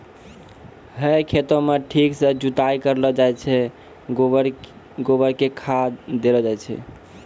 है खेतों म ठीक सॅ जुताई करलो जाय छै, गोबर कॅ खाद देलो जाय छै